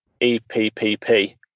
EPPP